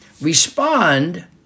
Respond